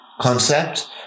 concept